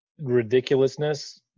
Ridiculousness